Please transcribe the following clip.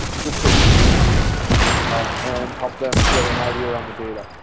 just so people can see it and help them get an idea around the data.